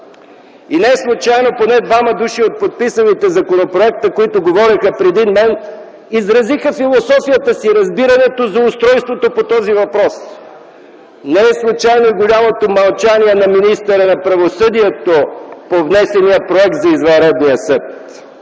Неслучайно поне двама души от подписалите законопроекта, които говориха преди мен, изразиха философията, разбирането си за устройството по този въпрос. Не е случайно и голямото мълчание на министъра на правосъдието по внесения проект за извънредния съд.